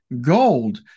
Gold